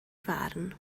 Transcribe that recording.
farn